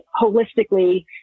holistically